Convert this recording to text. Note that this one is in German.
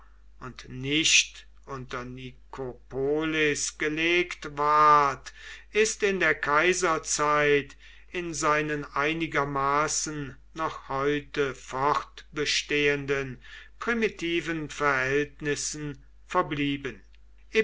und nicht unter nikopolis gelegt ward ist in der kaiserzeit in seinen einigermaßen noch heute fortbestehenden primitiven verhältnissen verblieben